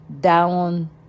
down